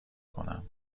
کنم